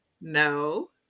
no